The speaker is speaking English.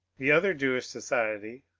the other jewish society,